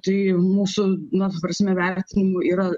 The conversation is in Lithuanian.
tai mūsų na ta prasme vertinimui yra